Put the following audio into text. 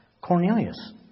Cornelius